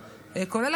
כולל,